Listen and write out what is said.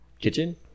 kitchen